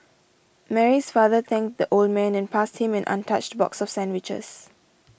Mary's father thanked the old man and passed him an untouched box of sandwiches